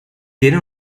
tiene